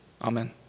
amen